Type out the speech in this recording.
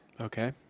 Okay